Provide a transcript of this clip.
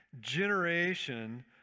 generation